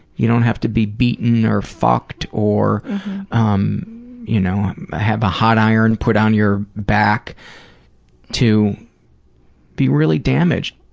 you don't have to be beaten or fucked or um you know have a hot iron put on your back to be really damaged.